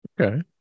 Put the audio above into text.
Okay